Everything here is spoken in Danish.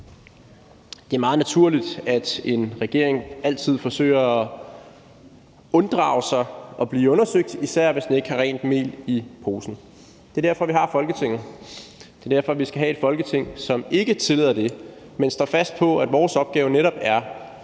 Det er meget naturligt, at en regering altid forsøger at unddrage sig at blive undersøgt, især hvis den ikke har rent mel i posen. Det er derfor, vi har Folketinget, og det er derfor, vi skal have et Folketing, som ikke tillader det, men står fast på, at vores opgave netop er